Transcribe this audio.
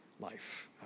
life